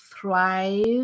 thrive